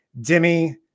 dimmy